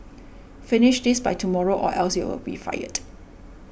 finish this by tomorrow or else you'll be fired